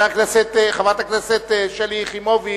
חברת הכנסת שלי יחימוביץ,